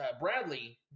Bradley